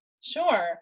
Sure